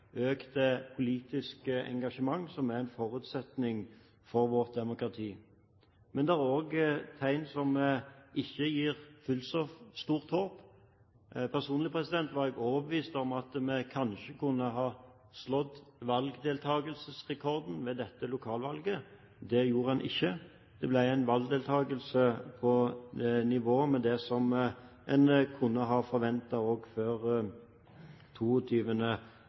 økt politisk engasjement, som er en forutsetning for vårt demokrati. Men det er også tegn som ikke gir fullt så stort håp. Personlig var jeg overbevist om at vi kanskje kunne ha slått valgdeltakelsesrekorden ved dette lokalvalget. Det gjorde en ikke. Det ble en valgdeltakelse på nivå med det som en kunne ha forventet også før